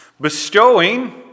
bestowing